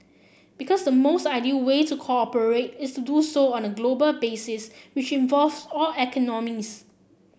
because the most ideal way to cooperate is to do so on a global basis which involves all economies